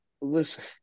listen